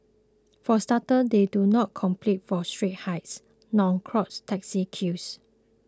for starters they do not compete for street hires nor clog taxi queues